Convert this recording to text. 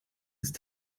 ist